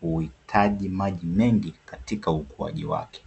huhitaji maji mengi katika ukuaji wake.